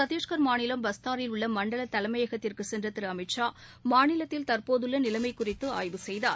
சத்தீஷ்கர் மாநிலம் பஸ்டாரில் உள்ள மண்டல தலைமையகத்திற்கு சென்ற திரு அமித் ஷா மாநிலத்தில் தற்போதுள்ள நிலைமை குறித்து ஆய்வு செய்தார்